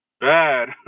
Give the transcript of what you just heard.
bad